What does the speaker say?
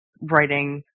writing